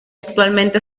actualmente